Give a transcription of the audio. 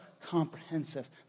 comprehensive